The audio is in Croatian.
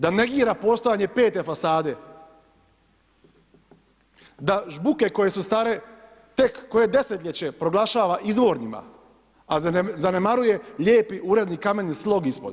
Da negira postojanje pete fasade, da žbuke koje su stare tek koje desetljeće proglašava izvornima, a zanemaruje lijepi uredni kameni slog ispod.